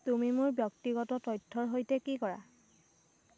তুমি মোৰ ব্যক্তিগত তথ্যৰ সৈতে কি কৰা